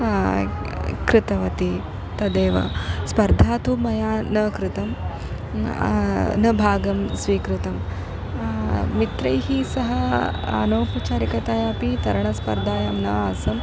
कृतवती तदेव स्पर्धा तु मया न कृतं न भागं स्वीकृतं मित्रैः सह अनौपचारिकतायापि तरणस्पर्धायां न आसम्